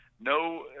No